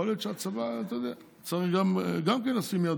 יכול להיות שגם הצבא צריך לשים יד